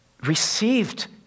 received